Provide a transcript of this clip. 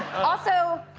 also,